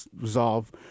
resolve